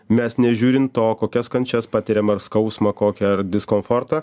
mes nežiūrint to kokias kančias patiriam ar skausmą kokį ar diskomfortą